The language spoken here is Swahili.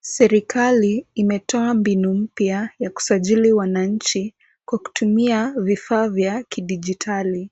Serikali imetoa mbinu mpya ya kusajili wananchi kwa kutumia vifaa vya kidigitali.